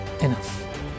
enough